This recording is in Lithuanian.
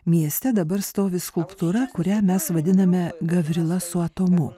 mieste dabar stovi skulptūra kurią mes vadiname gavrila su atomu